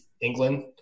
England